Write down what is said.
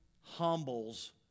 humbles